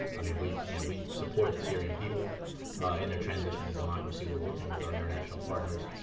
i mean, we you know we support the syrian people in their transition to democracy. we're working with our international partners